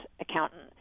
accountant